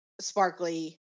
sparkly